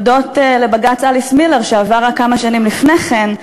הודות לבג"ץ אליס מילר, שעבר רק כמה שנים לפני כן,